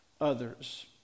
others